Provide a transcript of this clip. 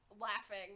laughing